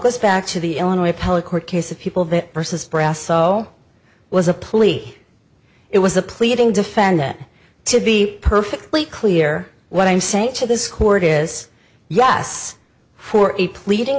goes back to the illinois appellate court case of people that persist brasso was a plea it was a pleading defendant to be perfectly clear what i'm saying to this court is yes for a pleading